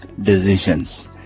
decisions